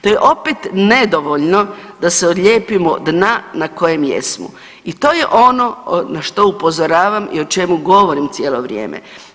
To je opet nedovoljno da se odljepimo od dna na kojem jesmo i to je ono na što upozoravam i o čemu govorim cijelo vrijeme.